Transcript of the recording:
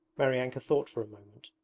maryanka thought for a moment.